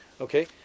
okay